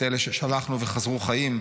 את אלה ששלחנו וחזרו חיים,